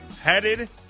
headed